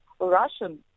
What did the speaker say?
Russian